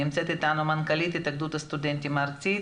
נמצאת איתנו מנכ"לית התאחדות הסטודנטים הארצית,